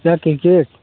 क्या किरकेट